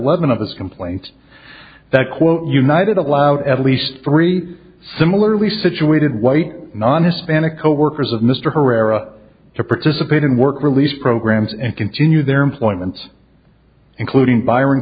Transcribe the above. his complaint that quote united allowed at least three similarly situated white nonis panick coworkers of mr herrera to participate in work release programs and continue their employment including byron